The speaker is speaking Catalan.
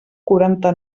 quaranta